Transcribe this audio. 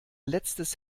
letztes